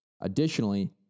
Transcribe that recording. Additionally